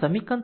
' 5 છે